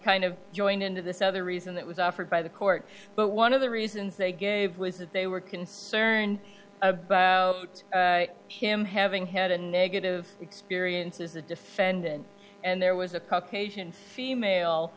kind of joined into this other reason that was offered by the court but one of the reasons they gave was that they were concerned about him having had a negative experience is the defendant and there was a cock asian female